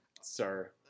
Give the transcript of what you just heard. Sir